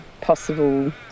possible